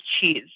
cheese